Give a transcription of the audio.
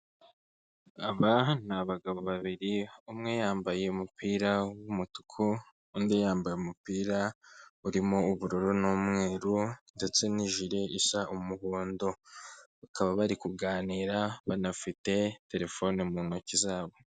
Aba ni abagabo babiri, umwe yambaye umupira w'umutuku, undi yambaye umupira urimo ubururu n'umweru ndetse n'ijire isa umuhondo, bakaba bari kuganira, banafite terefone mu ntoki zabo.